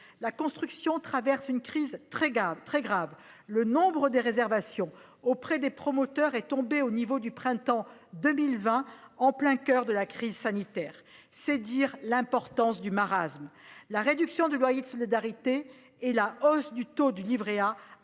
La construction traverse une crise très grave. Le nombre de réservations auprès des promoteurs est tombé au niveau du printemps 2020, au coeur de la crise sanitaire- c'est dire l'importance du marasme. La RLS, la réduction de loyer de solidarité, et la hausse du taux du livret A